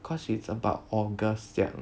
cause it's about august 这样